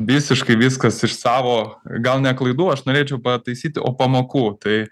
visiškai viskas iš savo gal ne klaidų aš norėčiau pataisyti o pamokų tai